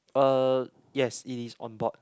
uh yes it is on board